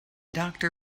doctor